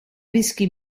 whisky